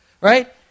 right